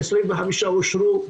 25 אושרו,